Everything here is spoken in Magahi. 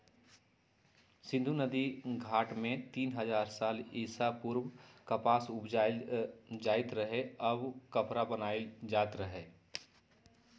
सिंधु नदिके घाट में तीन हजार साल ईसा पूर्व कपास उपजायल जाइत रहै आऽ कपरा बनाएल जाइत रहै